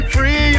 Free